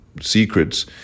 secrets